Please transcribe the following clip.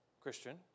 Christian